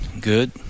good